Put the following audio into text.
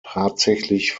tatsächlich